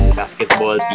basketball